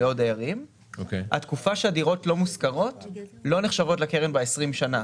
לא נחשבת לקרן ב-20 השנים.